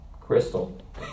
Crystal